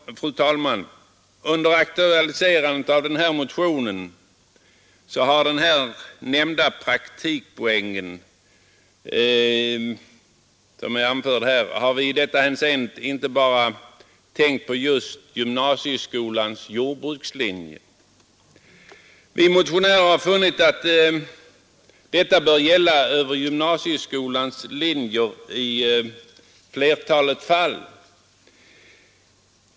Fru talman! Under aktualiserandet av denna motion och den här nämnda praktikpoängen har vi i detta hänseende inte bara tänkt på just gymnasieskolans jordbrukslinje. Nej, vi motionärer har funnit att detta bör gälla över gymnasieskolans linjer i flertalet fall.